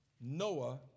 Noah